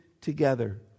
together